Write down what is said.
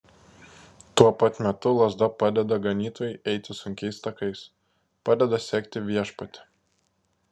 tuo pat metu lazda padeda ganytojui eiti sunkiais takais padeda sekti viešpatį